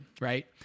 right